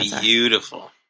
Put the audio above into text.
beautiful